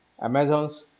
Amazon's